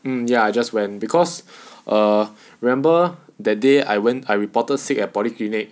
mm ya I just went because uh remember that day I went I reported sick at polyclinic